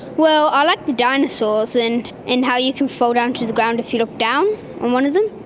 well, i like the dinosaurs and and how you can fold onto the ground if you look down on one of them.